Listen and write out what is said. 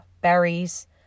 berries